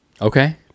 Okay